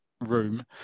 room